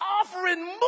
offering